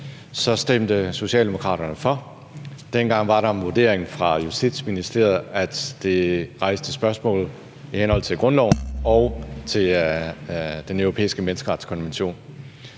stemte Socialdemokraterne for. Dengang var der en vurdering fra Justitsministeriet om, at det rejste spørgsmål i henhold til grundloven og til Den Europæiske Menneskerettighedskonvention.